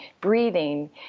breathing